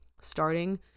starting